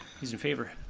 he's in favor,